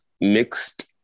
mixed